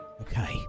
Okay